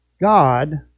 God